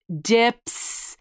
dips